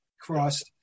crossed